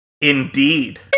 Indeed